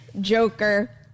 Joker